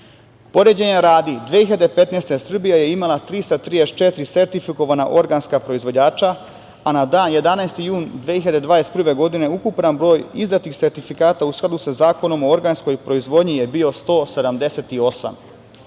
Poređenja radi, 2015. godine Srbija je imala 334 sertifikovana organska proizvođača, a na dan 11. jun 2021. godine ukupan broj izdatih sertifikata u skladu sa Zakonom o organskoj proizvodnji je bio